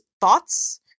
thoughts